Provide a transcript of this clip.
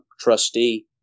trustee